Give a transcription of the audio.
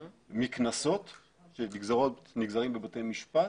מקנסות שנגזרים בבתי משפט,